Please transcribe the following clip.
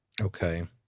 okay